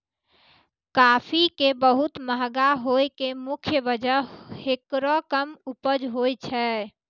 काफी के बहुत महंगा होय के मुख्य वजह हेकरो कम उपज होय छै